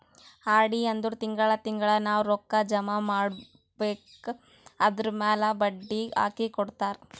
RD ಅಂದುರ್ ತಿಂಗಳಾ ತಿಂಗಳಾ ನಾವ್ ರೊಕ್ಕಾ ಜಮಾ ಮಾಡ್ಬೇಕ್ ಅದುರ್ಮ್ಯಾಲ್ ಬಡ್ಡಿ ಹಾಕಿ ಕೊಡ್ತಾರ್